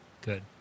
Good